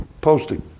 posting